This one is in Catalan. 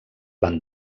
van